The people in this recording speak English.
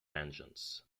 engines